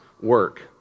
work